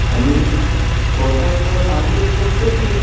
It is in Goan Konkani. आनी बटन तर सामके चकचकीत